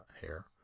hair